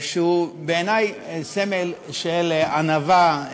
שהוא בעיני סמל של ענווה,